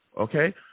okay